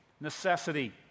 Necessity